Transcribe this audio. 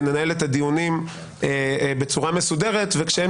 וננהל את הדיונים בצורה מסודרת.